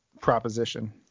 proposition